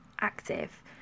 active